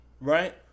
right